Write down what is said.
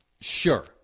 Sure